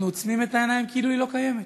עוצמים את העיניים כאילו היא לא קיימת.